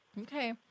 Okay